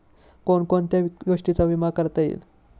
कोण कोणत्या गोष्टींचा विमा करता येईल?